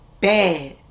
bad